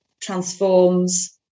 transforms